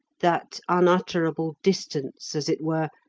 that unutterable distance, as it were,